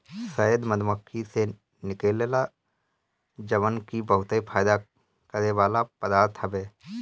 शहद मधुमक्खी से निकलेला जवन की बहुते फायदा करेवाला पदार्थ हवे